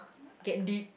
get deep